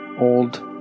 old